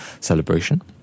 celebration